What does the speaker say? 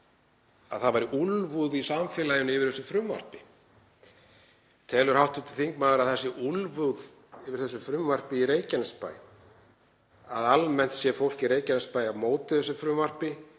að það væri úlfúð í samfélaginu yfir þessu frumvarpi: Telur hv. þingmaður að það sé úlfúð yfir þessu frumvarpi í Reykjanesbæ, að almennt sé fólk í Reykjanesbæ á móti þessu frumvarpi,